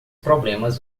problemas